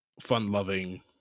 fun-loving